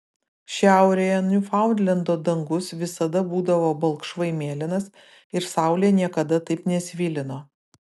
šiaurėje niufaundlendo dangus visada būdavo balkšvai mėlynas ir saulė niekada taip nesvilino